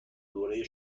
دوره